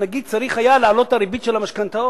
הנגיד היה צריך להעלות את הריבית של המשכנתאות;